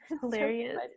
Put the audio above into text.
hilarious